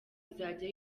izajya